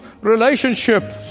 relationship